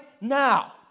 now